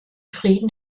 frieden